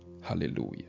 Hallelujah